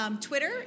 Twitter